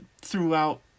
throughout